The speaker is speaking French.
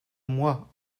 moi